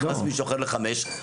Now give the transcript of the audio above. נכנס מישהו אחר לחמש,